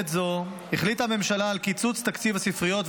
בעת זו החליטה הממשלה על קיצוץ תקציב הספריות,